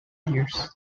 years